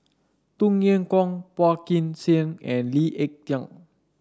Tung Chye Hong Phua Kin Siang and Lee Ek Tieng